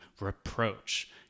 reproach